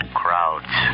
crowds